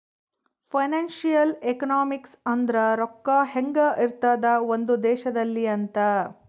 financial economics ಅಂದ್ರ ರೊಕ್ಕ ಹೆಂಗ ಇರ್ತದ ಒಂದ್ ದೇಶದಲ್ಲಿ ಅಂತ